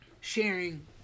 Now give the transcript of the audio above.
sharing